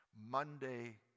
Monday